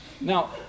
Now